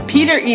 Peter